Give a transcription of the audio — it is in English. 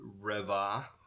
Reva